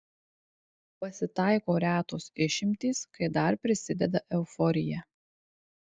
pasitaiko retos išimtys kai dar prisideda euforija